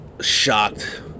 shocked